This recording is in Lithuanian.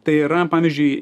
tai yra pavyzdžiui